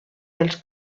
dels